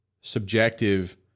subjective